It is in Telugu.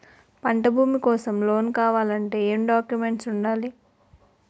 పంట భూమి కోసం లోన్ కావాలి అంటే ఏంటి డాక్యుమెంట్స్ ఉండాలి?